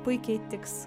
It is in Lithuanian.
puikiai tiks